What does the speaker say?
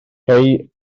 hei